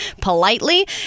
politely